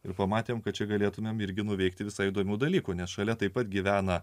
ir pamatėme kad čia galėtumėm irgi nuveikti visai įdomių dalykų nes šalia taip pat gyvena